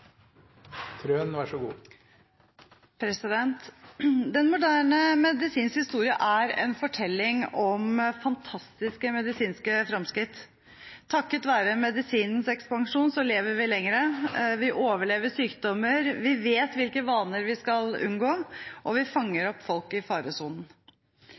en fortelling om fantastiske medisinske framskritt. Takket være medisinens ekspansjon lever vi lenger, vi overlever sykdommer, vi vet hvilke vaner vi skal unngå, og vi fanger opp folk i faresonen.